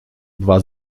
dwa